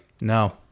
No